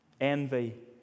envy